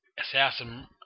assassin